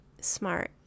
smart